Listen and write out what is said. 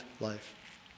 life